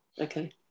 Okay